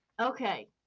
Okay